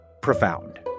profound